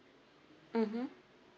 mmhmm